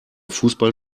fußball